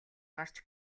гарч